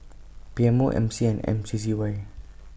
P M O M C and M C C Y